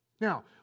Now